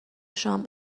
شام